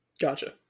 Gotcha